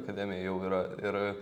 akademija jau yra ir